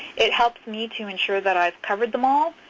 it helps me to ensure that i've covered them all,